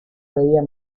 reía